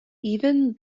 even